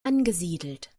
angesiedelt